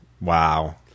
Wow